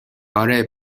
اره